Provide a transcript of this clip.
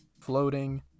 floating